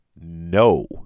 no